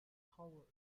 coward